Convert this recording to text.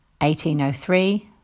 1803